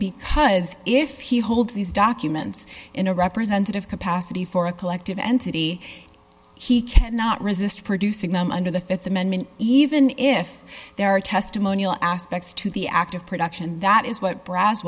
because if he holds these documents in a representative capacity for a collective entity he cannot resist producing them under the th amendment even if there are testimonial aspects to the act of production and that is what